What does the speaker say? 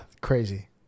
crazy